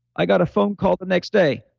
i got a phone call the next day,